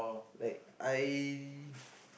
like I